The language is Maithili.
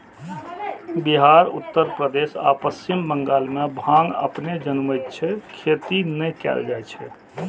बिहार, उत्तर प्रदेश आ पश्चिम बंगाल मे भांग अपने जनमैत छै, खेती नै कैल जाए छै